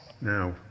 Now